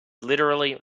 literally